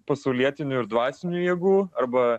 pasaulietinių ir dvasinių jėgų arba